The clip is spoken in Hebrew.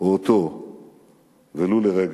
או אותו ולו לרגע.